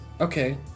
Okay